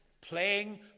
playing